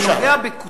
אני נוגע בקצוות,